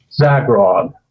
Zagrod